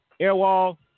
Airwall